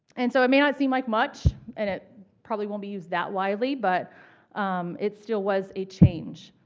and so it may not seem like much, and it probably won't be used that widely, but it still was a change.